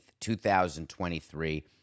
2023